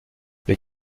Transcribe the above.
les